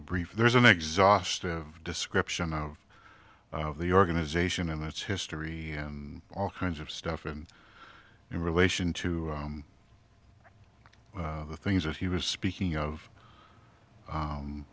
a brief there's an exhaustive description of the organization and its history and all kinds of stuff in relation to the things that he was speaking of